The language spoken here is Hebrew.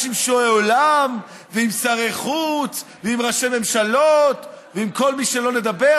עם שועי עולם ועם שרי חוץ ועם ראשי ממשלות ועם כל מי שלא נדבר,